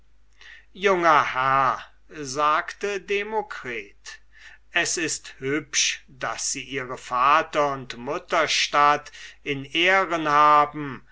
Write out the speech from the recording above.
junger herr sagte demokritus es ist hübsch daß sie ihre vater und mutterstadt in ehren haben